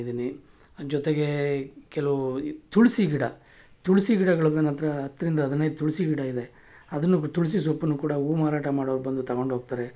ಇದ್ದೀನಿ ಜೊತೆಗೆ ಕೆಲವು ಈ ತುಳಸಿ ಗಿಡ ತುಳಸಿ ಗಿಡಗಳು ನನ್ನ ಹತ್ರ ಹತ್ತರಿಂದ ಹದಿನೈದು ತುಳಸಿ ಗಿಡ ಇದೆ ಅದೂ ಬ ತುಳಸಿ ಸೊಪ್ಪೂ ಕೂಡ ಹೂ ಮಾರಾಟ ಮಾಡೋರು ಬಂದು ತಗೊಂಡು ಹೋಗ್ತಾರೆ